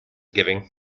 giving